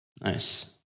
Nice